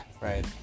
right